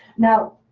now,